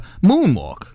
moonwalk